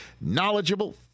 knowledgeable